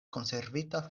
konservita